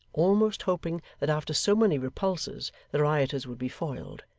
almost hoping that after so many repulses the rioters would be foiled,